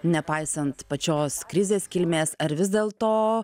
nepaisant pačios krizės kilmės ar vis dėlto